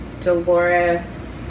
Dolores